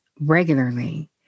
regularly